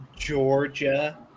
Georgia